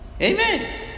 Amen